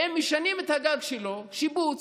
והם משנים את הגג שלו, שיפוץ,